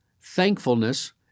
thankfulness